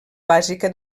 bàsica